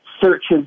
searches